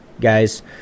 guys